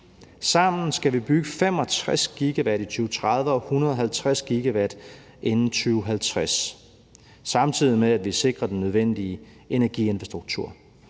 Sammen skal vi bygge 65 GW i 2030 og 150 GW inden 2050, samtidig med at vi sikrer den nødvendige energiinfrastruktur.